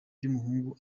y’umuhungu